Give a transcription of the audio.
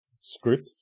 script